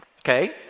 Okay